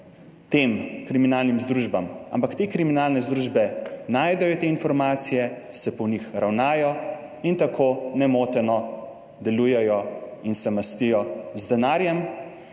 tem kriminalnim združbam, ampak te kriminalne združbe najdejo te informacije, se po njih ravnajo in tako nemoteno delujejo in se mastijo z denarjem,